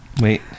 Wait